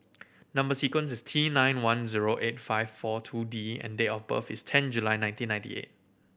number sequence is T nine one zero eight five four two D and date of birth is ten July nineteen ninety eight